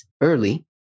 early